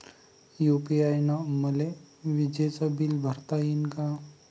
UPI न मले विजेचं बिल भरता यीन का?